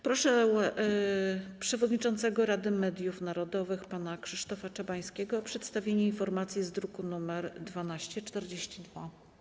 Proszę przewodniczącego Rady Mediów Narodowych pana Krzysztofa Czabańskiego o przedstawienie informacji z druku nr 1242.